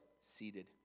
seated